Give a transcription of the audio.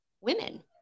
women